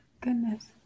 Goodness